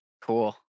cool